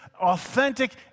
authentic